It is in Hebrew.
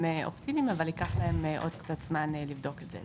אופטימיים אבל ייקח להם עוד קצת זמן לבדוק את זה,